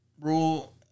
rule